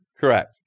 correct